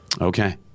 Okay